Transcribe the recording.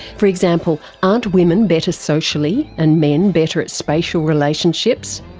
for example, aren't women better socially, and men better at spatial relationships?